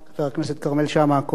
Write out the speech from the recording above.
חבר הכנסת כרמל שאמה-הכהן,